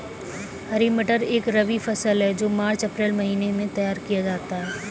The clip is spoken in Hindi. हरी मटर एक रबी फसल है जो मार्च अप्रैल महिने में तैयार किया जाता है